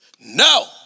No